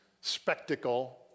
spectacle